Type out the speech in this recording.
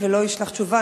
ולא ישלח תשובה.